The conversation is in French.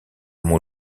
mon